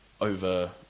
over